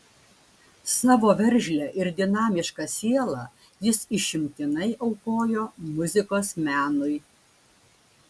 savo veržlią ir dinamišką sielą jis išimtinai aukojo muzikos menui